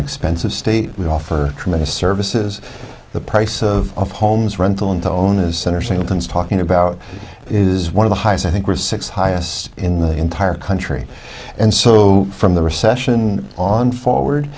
expensive state would offer tremendous services the price of homes rental intone a center saying things talking about is one of the highest i think or six highest in the entire country and so from the recession on forward